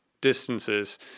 distances